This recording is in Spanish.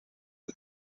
del